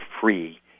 free